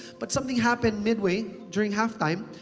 but something happened midway during halftime.